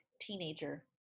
teenager